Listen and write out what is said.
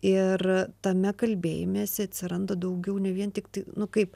ir tame kalbėjimesi atsiranda daugiau ne vien tiktai nu kaip